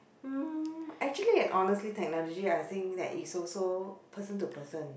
mm actually honestly technology I think that is also person to person